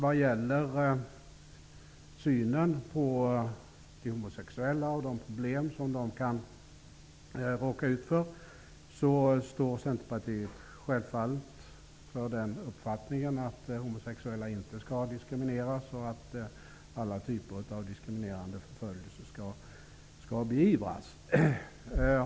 Vad gäller synen på de homosexuella och de problem som de kan råka ut för vill jag tillägga att Centerpartiet självfallet står för den uppfattningen, att homosexuella inte skall diskrimineras och att alla typer av diskriminerande förföljelse skall beivras.